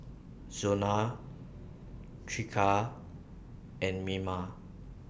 Zona Tricia and Mima